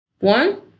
One